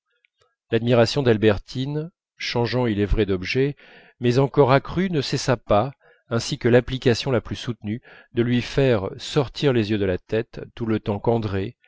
l'admiration d'albertine changeant il est vrai d'objet mais encore accrue ne cessa pas ainsi que l'application la plus soutenue de lui faire sortir les yeux de la tête tout le temps qu'andrée